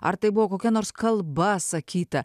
ar tai buvo kokia nors kalba sakyta